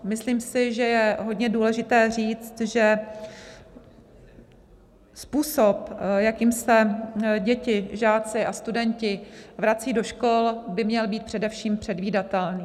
Myslím si, že je hodně důležité říct, že způsob, jakým se děti, žáci a studenti vrací do škol, by měl být především předvídatelný.